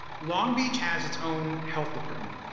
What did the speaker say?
long beach has its own health department,